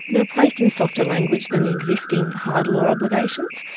they're placed in softer language than the existing hard law obligations.